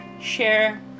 Share